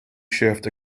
shift